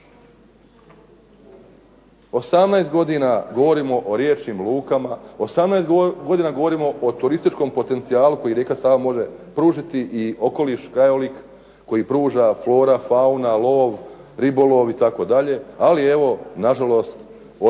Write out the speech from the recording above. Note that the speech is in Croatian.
18 godina govorimo o riječnim lukama, 18 godina govorimo o turističkom potencijalu koji rijeka Sava može pružiti i okoliš i krajolik koji pruža, flora, fauna, lov, ribolov itd. ali evo nažalost od